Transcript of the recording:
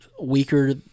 weaker